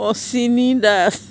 Ashwini Das